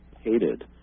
hated